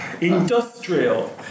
industrial